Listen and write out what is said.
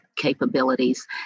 capabilities